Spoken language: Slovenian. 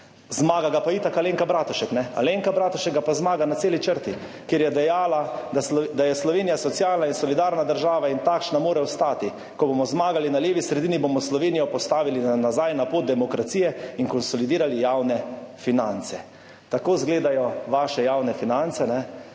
Zmaga pa itak Alenka Bratušek. Alenka Bratušek pa zmaga na celi črti, ker je dejala, da »je Slovenija socialna in solidarna država in takšna mora ostati; ko bomo zmagali na levi sredini, bomo Slovenijo postavili nazaj na pot demokracije in konsolidirali javne finance«. Tako izgledajo vaše javne finance.